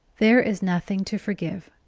there is nothing to forgive,